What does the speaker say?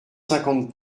cinquante